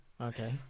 okay